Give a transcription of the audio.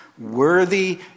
Worthy